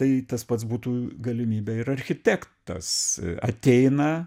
tai tas pats būtų galimybė ir architektas ateina